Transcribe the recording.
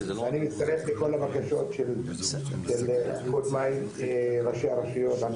לכל הבקשות של קודמיי ראשי הרשויות,